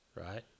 Right